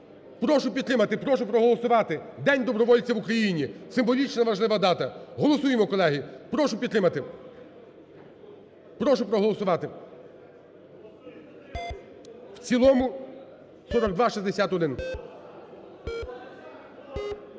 Прошу підтримати, прошу проголосувати, День добровольця в Україні, символічна важлива дата. Голосуємо, колеги, прошу підтримати, прошу проголосувати. В цілому 4261.